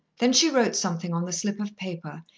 then she wrote something on the slip of paper,